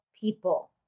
people